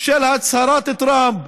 של הצהרת טראמפ,